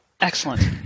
Excellent